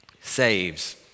saves